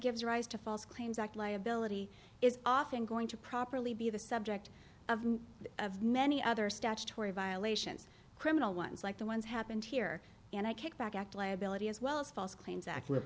gives rise to false claims act liability is often going to properly be the subject of of many other statutory violations criminal ones like the ones happened here and i kicked back ect liability as well as false claims act